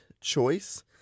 choice